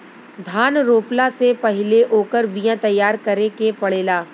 धान रोपला से पहिले ओकर बिया तैयार करे के पड़ेला